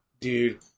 dude